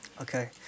Okay